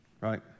Right